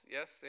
Yes